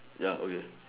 ya okay